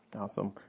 Awesome